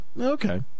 okay